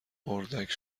اردک